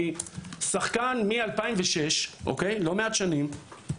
אני שחקן מ-2006, לא מעט שנים,